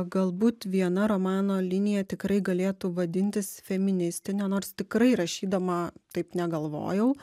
galbūt viena romano linija tikrai galėtų vadintis feministine nors tikrai rašydama taip negalvojau